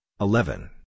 eleven